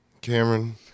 Cameron